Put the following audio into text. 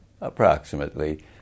approximately